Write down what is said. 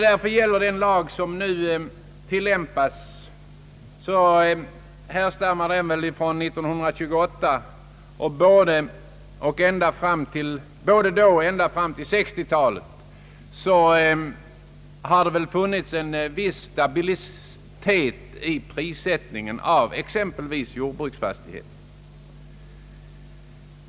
Den lag som nu tilllämpas härstammar från 1928, och både då och under tiden fram till 1960 talet har det väl funnits en viss stabilitet i prissättningen av exempelvis jordbruksfastigheter.